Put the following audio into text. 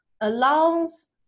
allows